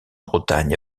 bretagne